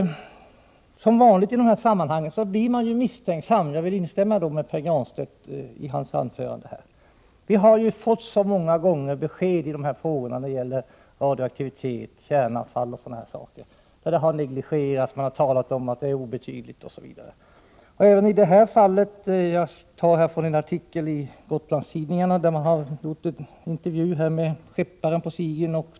Som vanligt i dessa sammanhang blir man misstänksam — jag vill i det avseendet instämma i vad Pär Granstedt sade. Vi har så många gånger fått besked när det gäller radioaktivitet, kärnavfall och sådant. Det har negligerats, det har sagts att det är obetydligt, osv. En Gotlandstidning har gjort en intervju med skepparen på Sigyn.